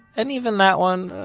and even that one,